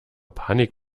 panik